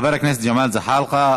חבר הכנסת ג'מאל זחאלקה.